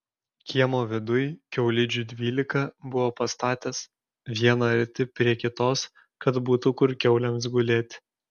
kiemo viduj kiaulidžių dvylika buvo pastatęs vieną arti prie kitos kad būtų kur kiaulėms gulėti